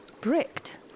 Bricked